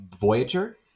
Voyager